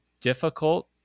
difficult